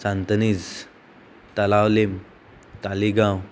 Santinez Talaulim Taleigao